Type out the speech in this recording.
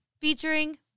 featuring